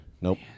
Nope